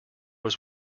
was